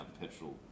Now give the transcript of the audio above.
petrol